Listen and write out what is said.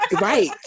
right